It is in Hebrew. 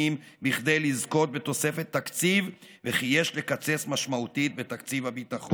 כדי לזכות בתוספת תקציב וכי יש לקצץ משמעותית בתקציב הביטחון.